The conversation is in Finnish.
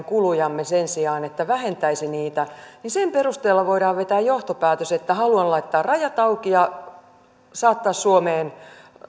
kulujamme sen sijaan että vähentäisi niitä niin sen perusteella voidaan vetää johtopäätös että haluan laittaa rajat auki ja saattaa suomeen